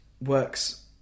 works